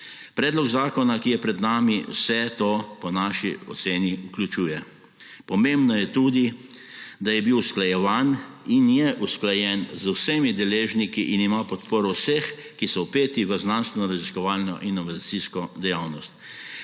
Predlog zakona, ki je pred nami, vse to po naši oceni vključuje. Pomembno je tudi, da je bil usklajevan in je usklajen z vsemi deležniki in ima podporo vseh, ki so vpeti v znanstvenoraziskovalno inovacijsko dejavnost.